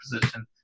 position